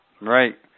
Right